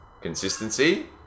consistency